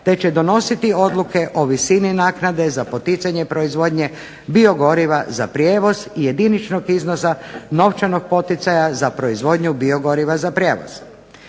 te će donositi odluke o visini naknade za poticanje proizvodnje biogoriva za prijevoz i jediničnog iznosa novčanog poticaja za proizvodnju biogoriva za prijevoz.